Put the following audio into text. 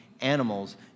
animals